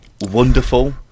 wonderful